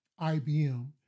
IBM